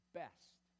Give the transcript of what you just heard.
best